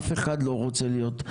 אף אחד לא רוצה להיות,